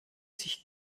sich